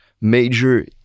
major